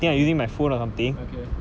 okay